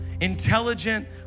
intelligent